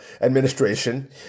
administration